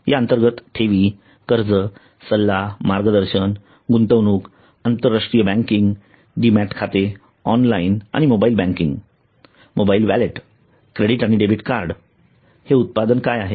या अंतर्गत ठेवी कर्ज सल्ला मार्गदर्शन गुंतवणूक आंतरराष्ट्रीय बँकिंग डीमॅट खाते ऑनलाइन आणि mobile banking mobile wallet credit आणि डेबिट कार्ड हे उत्पादन काय आहे